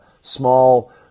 small